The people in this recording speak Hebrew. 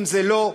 אם זה לא,